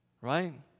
right